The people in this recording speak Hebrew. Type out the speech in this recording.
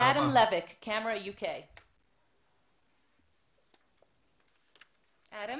אדם לויק, Camera UK. כן,